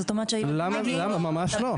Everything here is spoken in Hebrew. זאת אומרת שהילדים מגיעים --- לא, ממש לא.